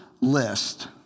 list